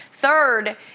Third